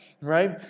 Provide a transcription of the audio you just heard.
right